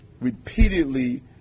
repeatedly